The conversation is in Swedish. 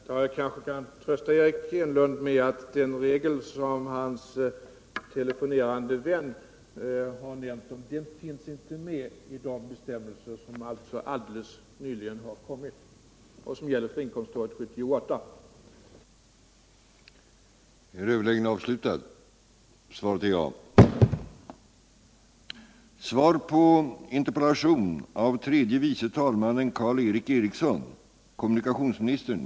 Herr talman! Jag kan trösta Eric Enlund med att den regel som hans telefonerande vän talade om inte finns med i de bestämmelser som helt nyligen har kommit och som gäller för inkomståret 1978.